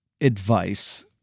advice